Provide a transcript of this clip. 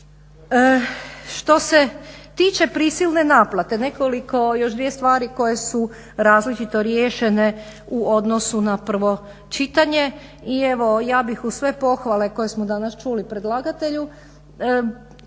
Što se tiče prisilne naplate, nekoliko, još dvije stvari koje su različito riješene u odnosu na prvo čitanje i evo ja bih uz sve pohvale koje smo danas čuli predlagatelju